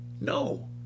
No